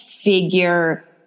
figure